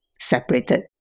separated